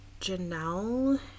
Janelle